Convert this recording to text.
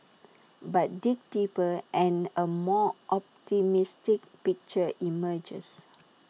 but dig deeper and A more optimistic picture emerges